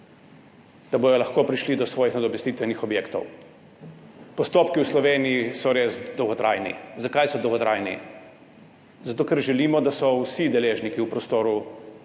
proti, prišli do svojih nadomestitvenih objektov. Postopki v Sloveniji so res dolgotrajni. Zakaj so dolgotrajni? Zato ker želimo, da so vsi deležniki v prostoru,